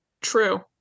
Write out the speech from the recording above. True